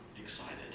excited